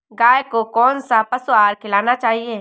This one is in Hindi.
गाय को कौन सा पशु आहार खिलाना चाहिए?